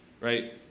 right